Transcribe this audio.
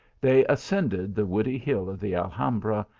they ascend ed the woody hill of the alhambra,